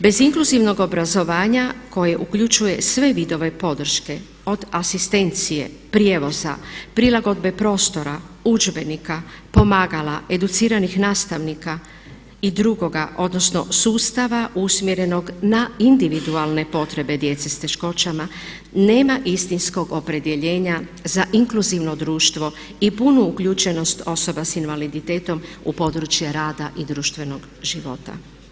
Bez inkluzivnog obrazovanja koji uključuje sve vidove podrške od asistencije, prijevoza, prilagodbe prostora, udžbenika, pomagala, educiranih nastavnika i drugoga, odnosno sustava usmjerenog na individualne potrebe djece s teškoćama nema istinskog opredjeljenja za inkluzivno društvo i punu uključenost osoba sa invaliditetom u područje rada i društvenog života.